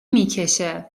میکشه